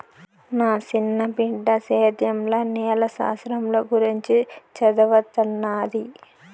నా సిన్న బిడ్డ సేద్యంల నేల శాస్త్రంల గురించి చదవతన్నాది